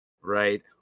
right